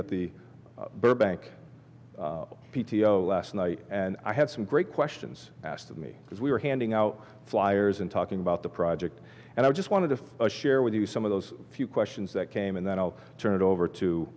at the burbank p t o last night and i had some great questions asked of me because we were handing out flyers and talking about the project and i just wanted to share with you some of those few questions that came and then i'll turn it over to